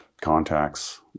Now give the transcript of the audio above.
contacts